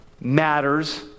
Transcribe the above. matters